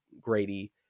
Grady